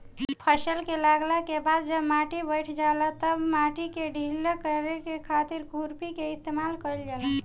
फसल के लागला के बाद जब माटी बईठ जाला तब माटी के ढीला करे खातिर खुरपी के इस्तेमाल कईल जाला